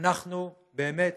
אנחנו באמת